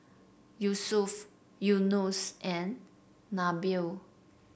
Yusuf Yunos and Nabil